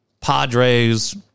Padres